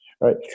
right